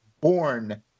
born